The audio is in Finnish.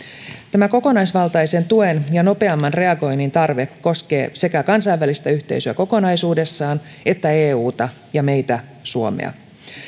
tämä kokonaisvaltaisen tuen ja nopeamman reagoinnin tarve koskee sekä kansainvälistä yhteisöä kokonaisuudessaan että euta ja meitä suomea